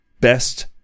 best